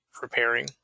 preparing